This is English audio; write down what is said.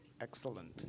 Excellent